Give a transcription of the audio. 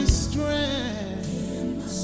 strength